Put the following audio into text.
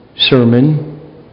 sermon